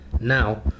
Now